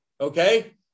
Okay